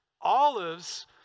olives